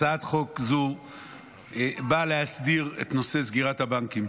הצעת חוק זו באה להסדיר את נושא סגירת הבנקים.